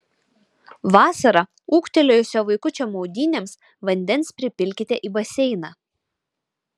vasarą ūgtelėjusio vaikučio maudynėms vandens pripilkite į baseiną